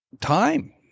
time